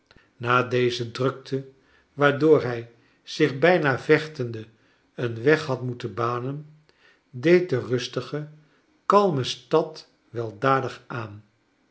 na deze drakte waardoor hij zich bijna vechtende een weg had moeten banen deed de rustige kalme stad weldadig aan